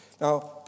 Now